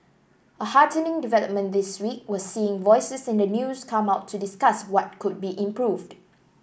a heartening development this week was seeing voices in the news come out to discuss what could be improved